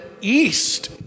east